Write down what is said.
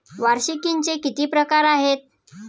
वार्षिकींचे किती प्रकार आहेत?